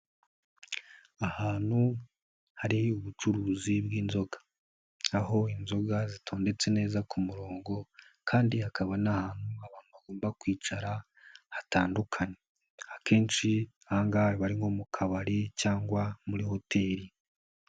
Ahantu hari ubucuruzi bw'inzoga. Aho inzoga zitondetse neza ku murongo, kandi hakaba n'ahantu abantu bagomba kwicara hatandukanye. Akenshi ahangaha haba ari nko mu kabari cyangwa muri hoteli.